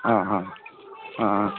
হ্যাঁ হ্যাঁ হ্যাঁ হ্যাঁ